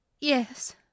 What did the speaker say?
Yes